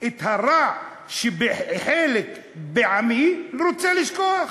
את הרע שבחלק בעמי אני רוצה לשכוח.